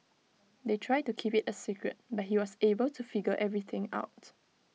they tried to keep IT A secret but he was able to figure everything out